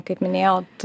kaip minėjot